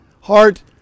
heart